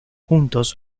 juntos